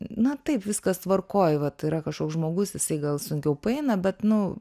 na taip viskas tvarkoj vat yra kažkoks žmogus jisai gal sunkiau paeina bet nu